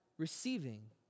receiving